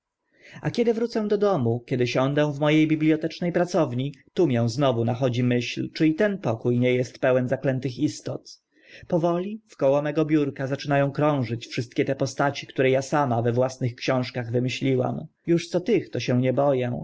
a kiedy wrócę do domu kiedy siądę w mo e biblioteczne pracowni tu mię znowu nachodzi myśl czy i ten pokó nie est pełen zaklętych istot powoli wkoło mego biurka zaczyna ą krążyć wszystkie te postaci które a sama we własnych książkach wymyśliłam już co tych to się nie bo